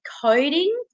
coding